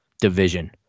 division